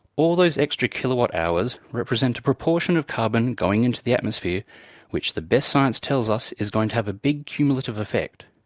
all those extra kilowatt hours represent a proportion of carbon going into the atmosphere which the best science tells us is going to have a big cumulative effect.